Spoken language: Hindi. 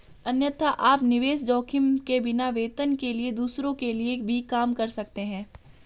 अन्यथा, आप निवेश जोखिम के बिना, वेतन के लिए दूसरों के लिए भी काम कर सकते हैं